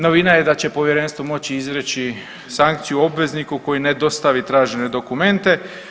Novina je da će povjerenstvo moći izreći sankciju obvezniku koji ne dostavi tražene dokumente.